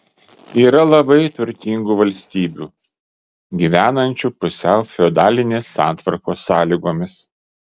yra labai turtingų valstybių gyvenančių pusiau feodalinės santvarkos sąlygomis